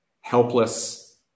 helpless